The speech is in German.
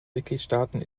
mitgliedstaaten